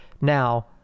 Now